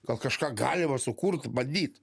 gal kažką galima sukurt bandyt